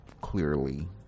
clearly